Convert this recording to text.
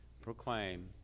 proclaim